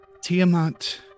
Tiamat